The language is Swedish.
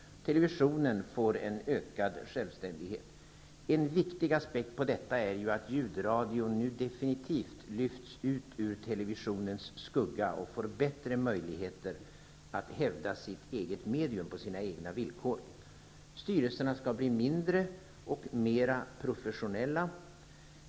Televisionen får en ökad självständighet. En viktig aspekt på detta är att ljudradion nu definitivt lyfts ut ur televisionens skugga och får bättre möjligheter att hävda sitt eget medium på sina egna villkor. Styrelserna skall bli mindre och mer professionella.